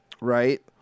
right